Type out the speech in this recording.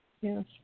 yes